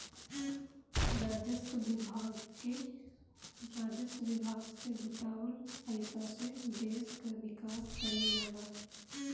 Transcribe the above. राजस्व विभाग से जुटावल पईसा से देस कअ विकास कईल जाला